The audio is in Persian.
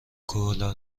کوالا